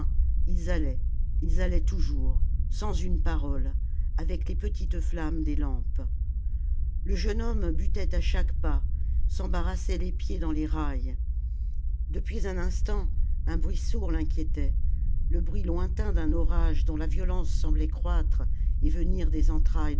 ils allaient ils allaient toujours sans une parole avec les petites flammes des lampes le jeune homme butait à chaque pas s'embarrassait les pieds dans les rails depuis un instant un bruit sourd l'inquiétait le bruit lointain d'un orage dont la violence semblait croître et venir des entrailles